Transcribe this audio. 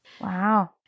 Wow